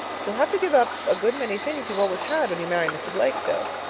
you'll have to give up a good many things you've always had, when you marry mr. blake, phil.